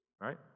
right